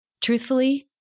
Truthfully